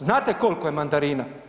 Znate koliko je mandarina?